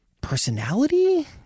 personality